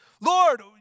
Lord